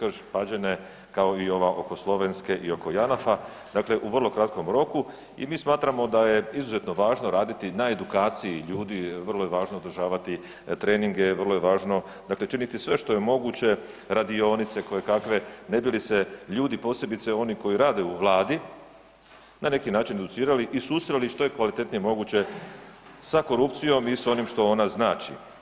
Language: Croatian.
Krš-Pađene kao i ova oko Slovenske i oko Janafa, dakle u vrlo kratkom roku i mi smatramo da je izuzetno važno raditi na edukaciji ljudi, vrlo je važno održavati treninge, vrlo je važno činiti sve moguće radionice kojekakve ne bi li se ljudi, posebice oni rade u Vladi na neki način educirali i susreli što je kvalitetnije moguće sa korupcijom i sa onim što ona znači.